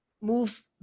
move